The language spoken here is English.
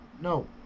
No